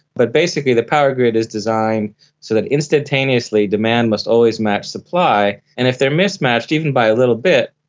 but basically the power grid is designed so that instantaneously demand must always match supply, and if they are mismatched, even by a little bit,